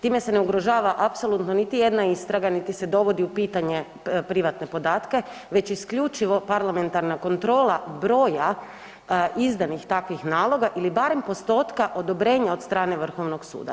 Time se ne ugrožava apsolutno niti jedna istraga, niti se dovodi u pitanje privatne podatke već isključivo parlamentarna kontrola broja izdanih takvih naloga ili barem postotka odobrenja od strane Vrhovnog suda.